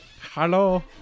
Hello